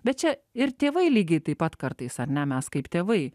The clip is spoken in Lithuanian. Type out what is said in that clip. bet čia ir tėvai lygiai taip pat kartais ar ne mes kaip tėvai